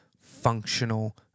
functional